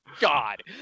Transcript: god